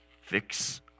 fix